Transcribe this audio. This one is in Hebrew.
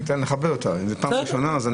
אני רוצה לכבד אותה אם זאת הפעם הראשונה.